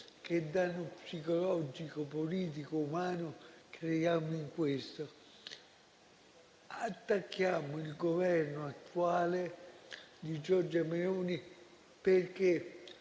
che danno psicologico, politico e umano creiamo in questo? Attacchiamo il Governo attuale di Giorgia Meloni perché